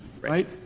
right